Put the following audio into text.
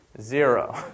Zero